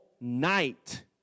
night